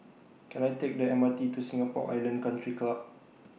Can I Take The M R T to Singapore Island Country Club